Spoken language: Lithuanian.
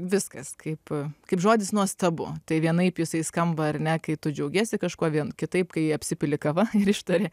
viskas kaip kaip žodis nuostabu tai vienaip jisai skamba ar ne kai tu džiaugiesi kažkuo vien kitaip kai apsipili kava ir ištari